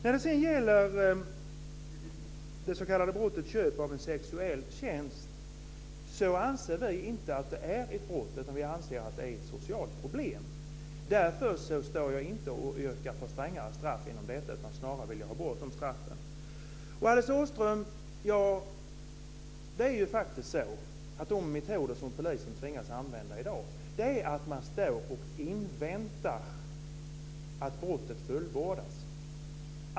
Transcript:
När det sedan gäller det s.k. brottet köp av en sexuell tjänst anser vi inte att det är ett brott, vi anser att det är ett socialt problem. Därför yrkar jag inte på strängare straff utan vill snarare få bort de straffen. Med de metoder som polisen tvingas använda i dag står man och inväntar att brottet fullbordas.